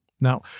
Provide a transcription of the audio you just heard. Now